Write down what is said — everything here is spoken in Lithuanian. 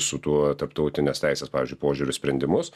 su tuo tarptautinės teisės pavyzdžiui požiūriu sprendimus